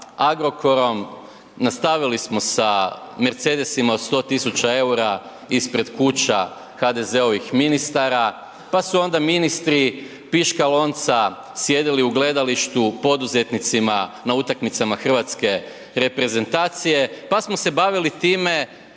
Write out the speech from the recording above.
Agrokorom, nastavili smo sa Mercedesima od 100 tisuća eura ispred kuća HDZ-ovih ministara pa su onda ministri piška-lonca sjedili u gledalištu poduzetnicima na utakmicama hrvatske reprezentacije pa smo se bavili time